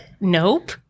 Nope